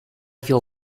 feel